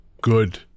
good